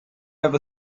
have